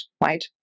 right